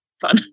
fun